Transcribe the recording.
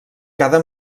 cada